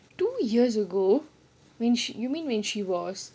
two years ago when sh~ you mean when she was